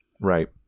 right